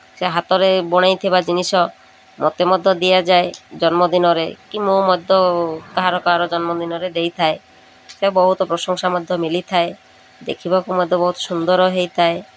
ସେ ହାତରେ ବନେଇଥିବା ଜିନିଷ ମୋତେ ମଧ୍ୟ ଦିଆଯାଏ ଜନ୍ମଦିନରେ କି ମୁଁ ମଧ୍ୟ କାହାର କାହାର ଜନ୍ମଦିନରେ ଦେଇଥାଏ ସେ ବହୁତ ପ୍ରଶଂସା ମଧ୍ୟ ମିଳିଥାଏ ଦେଖିବାକୁ ମଧ୍ୟ ବହୁତ ସୁନ୍ଦର ହୋଇଥାଏ